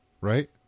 right